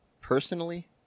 Personally